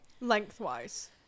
Lengthwise